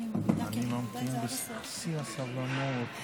עשה לנו שר האוצר.